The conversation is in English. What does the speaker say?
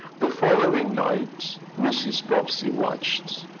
the following night mrs. bobbsey watched,